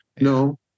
No